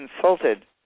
consulted